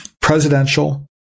presidential